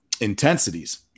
intensities